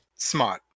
Smart